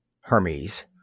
Hermes